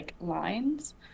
lines